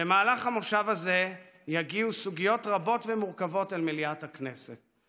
במהלך המושב הזה יגיעו סוגיות רבות ומורכבות אל מליאת הכנסת.